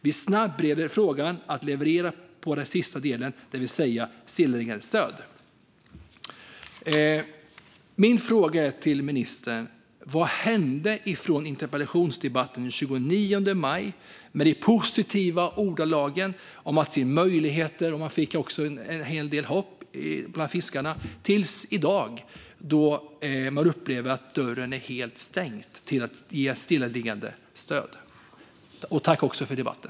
Vi snabbereder frågan att leverera på den sista delen, det vill säga ett stillaliggandestöd." Min fråga till ministern är: Vad hände från interpellationsdebatten den 29 maj med de positiva ordalagen om att se möjligheter, som gav fiskarna en hel del hopp, till i dag då man upplever att dörren till att ge stillaliggandestöd är helt stängd? Tack för debatten!